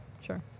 sure